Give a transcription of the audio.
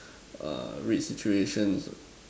err read situations